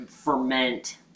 Ferment